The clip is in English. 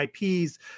IPs